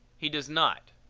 he does not.